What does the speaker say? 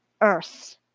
earth